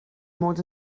mod